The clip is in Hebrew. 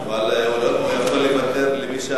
אז למה אין דוברים?